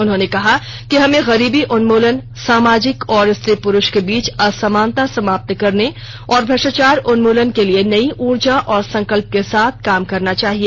उन्होंने कहा कि हमें गरीबी उन्मूलन सामाजिक और स्त्री पुरूष के बीच असमानता समाप्त करने और भ्रष्टाचार उन्मूलन के लिए नई ऊर्जा और संकल्प के साथ काम करना चाहिए